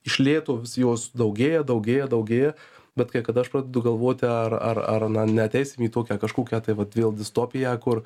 iš lėto jos daugėja daugėja daugėja bet kai kada aš pradedu galvoti ar ar ar na neateisim į tokią kažkokią tai vat vėl distopiją kur